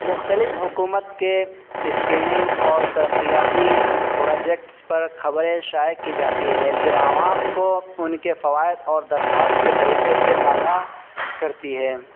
مختلف حکومت کے اسکیمیں اور ترقیاتی پروجیکٹس پر خبریں شائع کی جاتی ہیں جو عوام کو ان کے فوائد اور درخواست کے طریقے سے آگاہ کرتی ہے